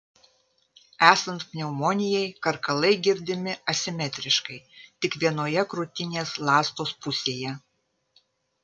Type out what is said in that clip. esant pneumonijai karkalai girdimi asimetriškai tik vienoje krūtinės ląstos pusėje